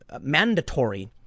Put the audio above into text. mandatory